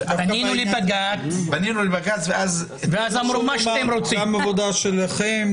פנינו לבג"ץ --- גם עבודה שלכם,